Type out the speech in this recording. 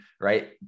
right